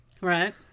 Right